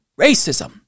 racism